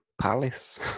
Palace